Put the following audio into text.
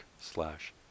slash